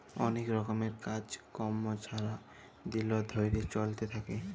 অলেক রকমের কাজ কম্ম ছারা দিল ধ্যইরে চইলতে থ্যাকে